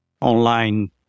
online